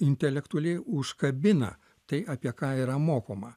intelektualiai užkabina tai apie ką yra mokoma